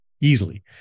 easily